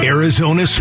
Arizona